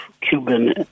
Cuban